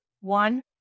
One